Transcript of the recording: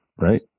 right